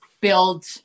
build